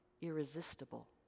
irresistible